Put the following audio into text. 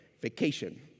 Vacation